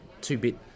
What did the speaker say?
two-bit